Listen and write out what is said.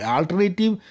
Alternative